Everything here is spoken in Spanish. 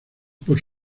por